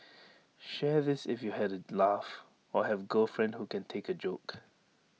share this if you had A laugh or have girlfriend who can take A joke